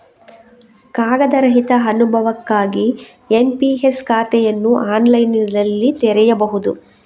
ಕಾಗದ ರಹಿತ ಅನುಭವಕ್ಕಾಗಿ ಎನ್.ಪಿ.ಎಸ್ ಖಾತೆಯನ್ನು ಆನ್ಲೈನಿನಲ್ಲಿ ತೆರೆಯಬಹುದು